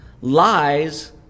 Lies